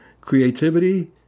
creativity